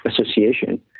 association